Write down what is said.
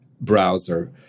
browser